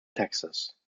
texas